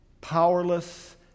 powerless